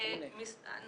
בית ספר.